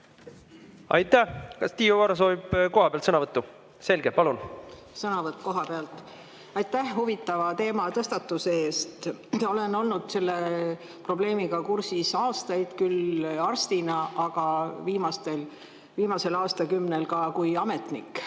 Aitäh! Kas Tiiu Aro soovib kohapealt sõnavõttu? Selge. Palun! Sõnavõtt kohapealt. Aitäh huvitava teematõstatuse eest! Olen olnud selle probleemiga kursis aastaid, küll arstina, aga viimasel aastakümnel ka kui ametnik.